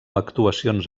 actuacions